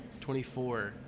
24